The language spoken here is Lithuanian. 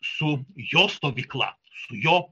su jo stovykla su jo